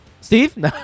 Steve